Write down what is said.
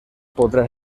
podrà